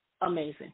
amazing